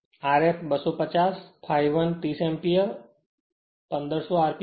Rf 2 50 ∅1 30 ampere 1 500 rpm